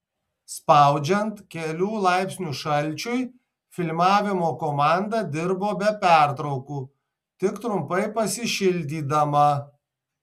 spaudžiant kelių laipsnių šalčiui filmavimo komanda dirbo be pertraukų tik trumpai pasišildydama